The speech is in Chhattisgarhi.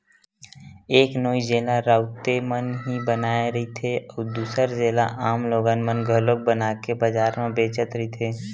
एक नोई जेला राउते मन ही बनाए रहिथे, अउ दूसर जेला आम लोगन मन घलोक बनाके बजार म बेचत रहिथे